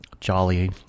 jolly